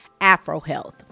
AfroHealth